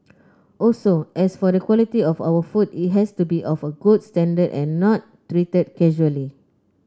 also as for the quality of our food it has to be of a good standard and not treated casually